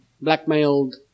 blackmailed